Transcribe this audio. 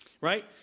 right